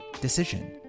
decision